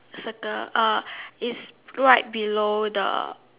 circle uh it's right below the